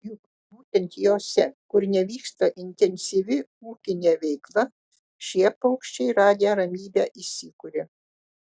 juk būtent jose kur nevyksta intensyvi ūkinė veikla šie paukščiai radę ramybę įsikuria